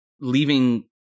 leaving